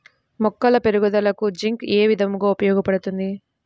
మొక్కల పెరుగుదలకు జింక్ ఏ విధముగా ఉపయోగపడుతుంది?